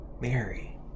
Mary